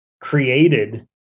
created